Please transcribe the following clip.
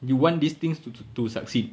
you want these things to succeed